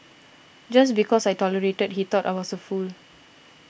just because I tolerated he thought I was a fool